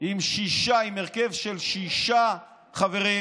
עם הרכב של שישה חברים.